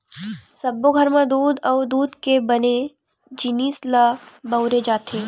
सब्बो घर म दूद अउ दूद के बने जिनिस ल बउरे जाथे